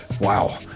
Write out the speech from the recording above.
wow